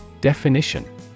Definition